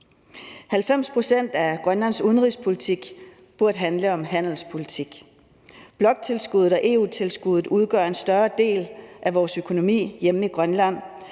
90 pct. af Grønlands udenrigspolitik burde handle om handelspolitik. Bloktilskuddet og EU-tilskuddet udgør en større del af vores økonomi hjemme i Grønland,